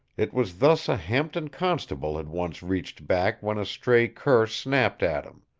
it was thus a hampton constable had once reached back when a stray cur snapped at him.